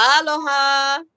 Aloha